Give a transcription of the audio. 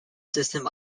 system